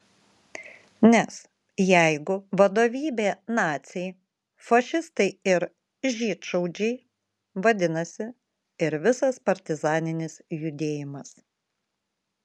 nes jeigu vadovybė naciai fašistai ir žydšaudžiai vadinasi ir visas partizaninis judėjimas